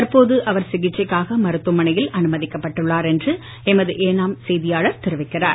தற்போது அவர் சிகிச்சைக்காக மருத்துவமனையில் அனுமதிக்கப்பட்டுள்ளார் என்று எமது ஏனாம் செய்தியாளர் தெரிவிக்கிறார்